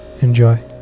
Enjoy